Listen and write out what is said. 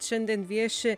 šiandien vieši